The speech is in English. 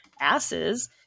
asses